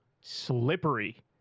slippery